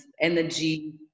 energy